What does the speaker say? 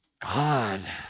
God